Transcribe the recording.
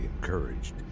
encouraged